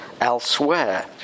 elsewhere